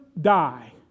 die